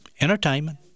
entertainment